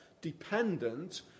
dependent